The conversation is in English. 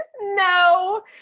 No